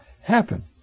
Happen